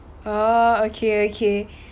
oh okay okay